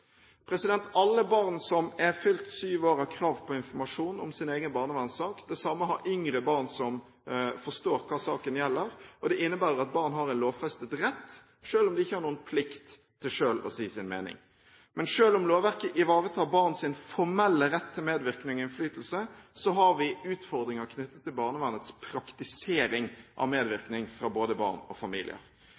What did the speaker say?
Alle barn som er fylt sju år, har krav på informasjon om sin egen barnevernssak. Det samme har yngre barn som forstår hva saken gjelder. Det innebærer at barn har en lovfestet rett, selv om de ikke har noen plikt, til selv å si sin mening. Selv om lovverket ivaretar barns formelle rett til medvirkning og innflytelse, har vi utfordringer knyttet til barnevernets praktisering av medvirkning fra både barn og familier.